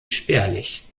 spärlich